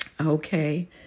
Okay